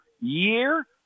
year